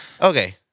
Okay